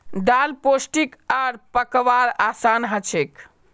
दाल पोष्टिक आर पकव्वार असान हछेक